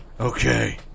Okay